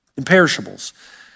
imperishables